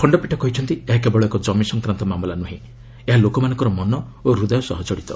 ଖଣ୍ଡପୀଠ କହିଛନ୍ତି ଏହା କେବଳ ଏକ ଜମି ସଂକ୍ରାନ୍ତ ମାମଲା ନୁହେଁ ଏହା ଲୋକମାନଙ୍କର ମନ ଓ ହୃଦୟ ସହ କଡ଼ିତ